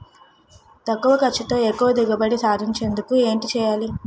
తక్కువ ఖర్చుతో ఎక్కువ దిగుబడి సాధించేందుకు ఏంటి చేయాలి?